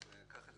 (תיקון),